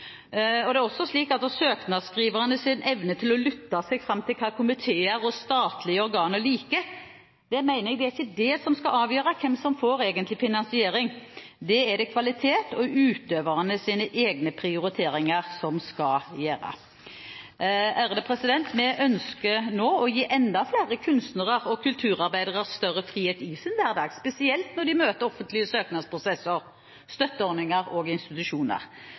Det er ikke søknadsskrivernes evner til å lytte seg fram til hva komiteer og statlige organer liker som skal avgjøre hvem som får finansiering. Det er kvalitet og utøvernes egne prioriteringer som skal avgjøre. Vi ønsker nå å gi enda flere kunstnere og kulturarbeidere større frihet i sin hverdag, spesielt når de møter offentlige søknadsprosesser, støtteordninger og institusjoner.